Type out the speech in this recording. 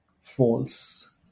false